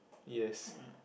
yes